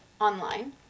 online